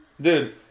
dude